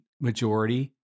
majority